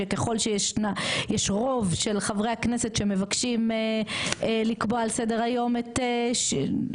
שככל שיש יש רוב של חברי הכנסת שמבקשים לקבוע על סדר היום את החלפתו,